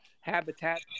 habitat